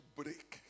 break